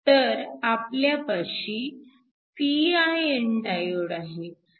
तर आपल्यापाशी pin diode आहे